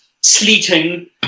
sleeting